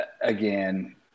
again